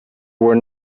were